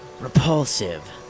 repulsive